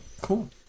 Cool